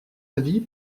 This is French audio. avis